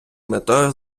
метою